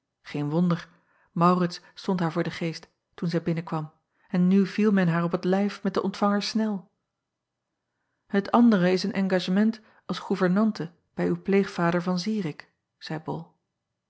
een wonder aurits stond haar voor den geest toen zij binnenkwam en nu viel men haar op t lijf met den ontvanger nel et andere is een engagement als goevernante bij uw pleegvader an irik zeî ol